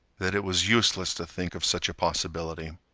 that it was useless to think of such a possibility.